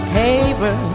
paper